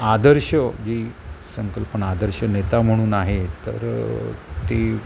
आदर्श जी संकल्पना आदर्श नेता म्हणून आहे तर ती